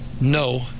no